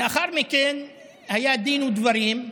לאחר מכן היה דין ודברים,